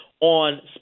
on